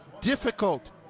difficult